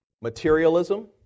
Materialism